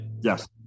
Yes